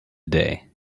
day